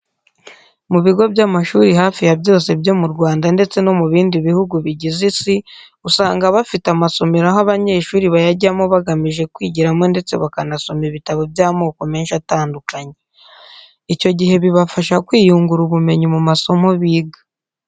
Mu bigo by'amashuri hafi ya byose byo mu Rwanda ndetse no mu bindi bihugu bijyize Isi, usanga bafite amasomero aho abanyeshuri bayajyamo bagamije kwigiramo ndetse bakanasoma ibitabo by'amoko menshi atandukanye. Icyo gihe bibafasha kwiyungura ubumenyi mu masomo biga.